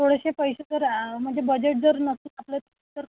थोडेसे पैसे जर म्हणजे बजेट जर नक्की आपलं तर